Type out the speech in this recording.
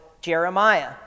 Jeremiah